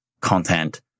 content